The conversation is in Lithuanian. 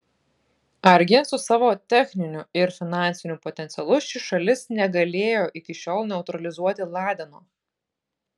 argi su savo techniniu ir finansiniu potencialu ši šalis negalėjo iki šiol neutralizuoti ladeno